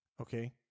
okay